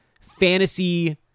fantasy